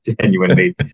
genuinely